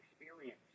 experience